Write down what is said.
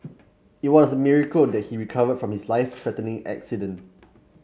it was a miracle that he recovered from his life threatening accident